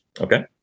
Okay